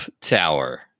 tower